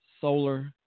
solar